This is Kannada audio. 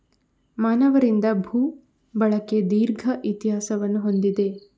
ಮಾನವರಿಂದ ಭೂ ಬಳಕೆ ದೀರ್ಘ ಇತಿಹಾಸವನ್ನು ಹೊಂದಿದೆ